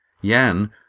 Yan